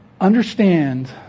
understand